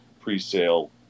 pre-sale